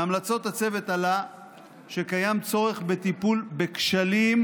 מהמלצות הצוות עלה שקיים צורך בטיפול בכשלים